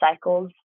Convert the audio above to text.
cycles